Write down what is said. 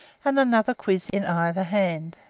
and another quiz in either hand.